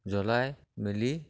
জ্বলাই মেলি